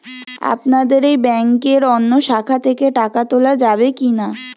আপনাদের এই ব্যাংকের অন্য শাখা থেকে টাকা তোলা যাবে কি না?